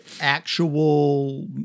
actual